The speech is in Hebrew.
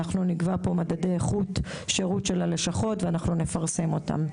נקבע לפיו את מדדי איכות השירות של הלשכות ונפרסם אותם.